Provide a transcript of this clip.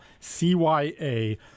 CYA